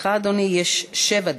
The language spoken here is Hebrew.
לך, אדוני, יש שבע דקות.